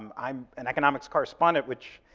um i'm an economics correspondent, which,